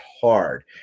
hard